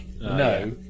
no